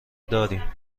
داریم